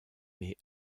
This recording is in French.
mais